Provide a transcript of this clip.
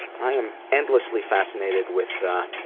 i am endlessly fascinated with, ah,